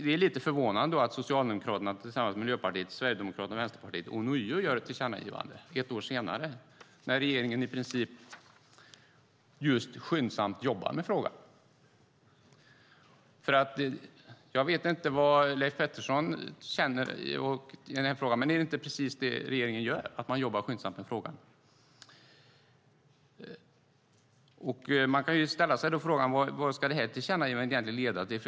Det är lite förvånande att Socialdemokraterna tillsammans med Miljöpartiet, Sverigedemokraterna och Vänsterpartiet ånyo gör ett tillkännagivande ett år senare, när regeringen i princip skyndsamt jobbar med frågan. Jag vet inte vad Leif Pettersson känner i den här frågan, men är det inte precis det regeringen gör, att man jobbar skyndsamt med frågan? Då kan frågan ställas: Vad ska detta tillkännagivande egentligen leda till?